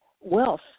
wealth